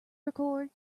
record